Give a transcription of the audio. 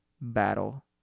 battle